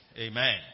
amen